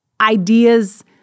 ideas